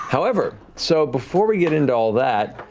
however, so before we get into all that,